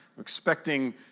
expecting